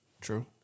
True